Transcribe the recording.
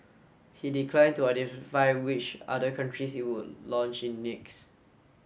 he declined to identify which other countries it would launch in next